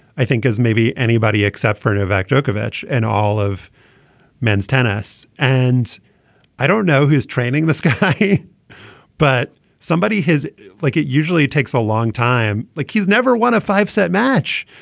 i think as maybe anybody except for novak djokovic and all of men's tennis. and i don't know who's training this guy but somebody has like it usually takes a long time. like he's never won a five set match.